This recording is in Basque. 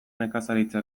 nekazaritza